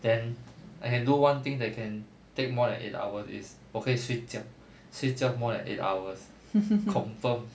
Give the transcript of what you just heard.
then I can do one thing that can take more than eight hours is 我可以睡觉睡觉 more than eight hours confirm